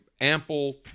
ample